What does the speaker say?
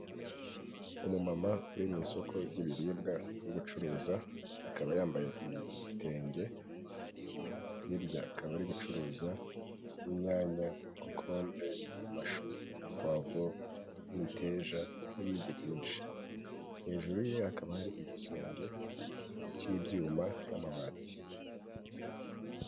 Umumama uri mu isoko ry'ibiribwa uri gubucuruza akaba yambaye ibitenge birya akaba ari gucuruza inyanya, kokombure, amashu, puwavuro, imiteja n'ibindi byinshi hejuru ye hakaba hari igisenge cy'ibyuma n'amabati.